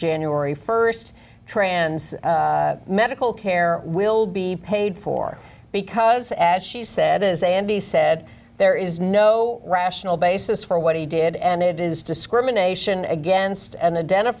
january st trans medical care will be paid for because as she said as andy said there is no rational basis for what he did and it is discrimination against and a den